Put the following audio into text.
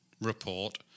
report